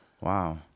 Wow